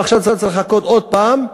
הוא עכשיו צריך לחכות עוד פעם.